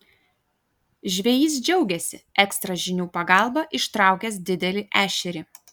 žvejys džiaugėsi ekstra žinių pagalba ištraukęs didelį ešerį